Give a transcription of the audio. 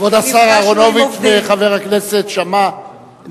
כבוד השר אהרונוביץ וחבר הכנסת שאמה,